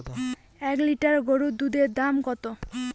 এক লিটার গোরুর দুধের দাম কত?